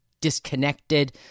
disconnected